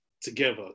together